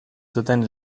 zuten